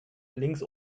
links